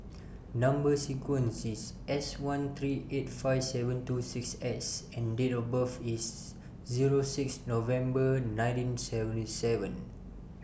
Number sequence IS S one three eight five seven two six S and Date of birth IS Zero six November nineteen seventy seven